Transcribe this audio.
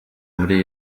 muri